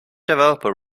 developer